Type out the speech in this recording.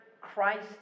Christ